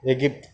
Egypt